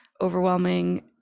overwhelming